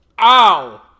Ow